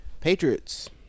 Patriots